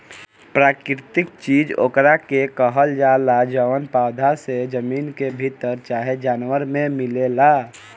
प्राकृतिक चीज ओकरा के कहल जाला जवन पौधा से, जमीन के भीतर चाहे जानवर मे मिलेला